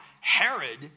Herod